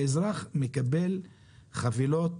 האזרח מקבל חבילות